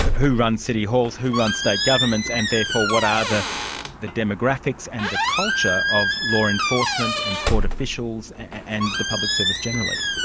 who runs city halls, who runs state governments, and therefore what are the the demographics and the culture of law enforcement and court officials and the public service generally.